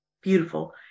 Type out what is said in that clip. Beautiful